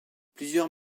plusieurs